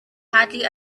hardly